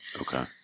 okay